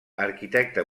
arquitecte